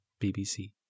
BBC